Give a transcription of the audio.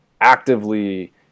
actively